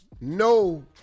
no